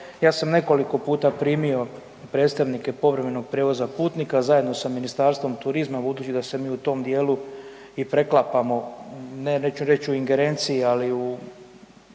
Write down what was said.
ja sam nekoliko puta primio predstavnike povremenog prijevoza putnika zajedno sa Ministarstvom turizma, budući da se mi u tom dijelu i preklapamo, neću reći u ingerenciji, ali u